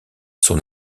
son